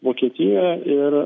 vokietiją ir